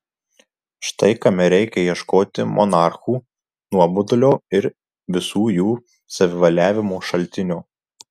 štai kame reikia ieškoti monarchų nuobodulio ir visų jų savivaliavimų šaltinio